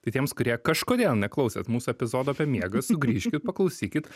tai tiems kurie kažkodėl neklausėt mūsų epizodo apie miegą sugrįžkit paklausykit